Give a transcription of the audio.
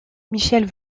michel